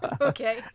Okay